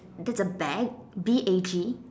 that's a bag B A G